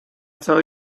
tell